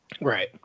right